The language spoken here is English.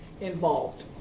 involved